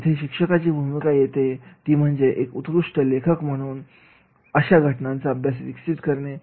इथे शिक्षकाची भूमिका येते ती म्हणजेएक उत्कृष्ट लेखक म्हणून अशा घटनांचा अभ्यास विकसित करणे